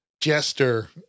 Jester